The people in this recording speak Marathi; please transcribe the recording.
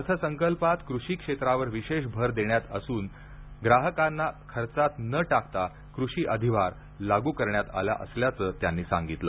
अर्थसंकल्पात कृषी क्षेत्रावर विशेष भर देण्यात असून ग्राहकांना खर्चात न टाकता कृषी अधिभार लागू करण्यात आला असल्याचं त्यांनी सांगितलं